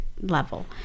level